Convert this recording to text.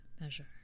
measure